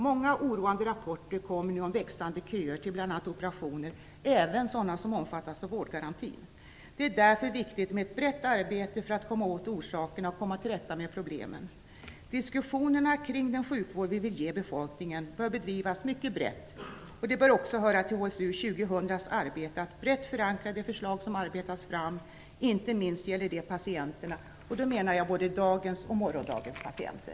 Många oroande rapporter kommer nu om växande köer till bl.a. operationer, även sådana som omfattas av vårdgarantin. Det är därför viktigt med ett brett arbete för att komma åt orsakerna och att komma till rätta med problemen. Diskussionerna kring den sjukvård vi vill ge befolkningen bör bedrivas mycket brett, och det bör också höra till arbetet för HSU 2000 att brett förankra de förslag som arbetas fram. Inte minst gäller detta patienterna, och då menar jag båda dagens och morgondagens patienter.